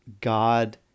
God